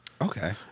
Okay